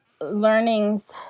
learnings